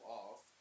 off